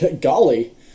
Golly